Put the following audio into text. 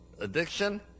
addiction